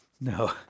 No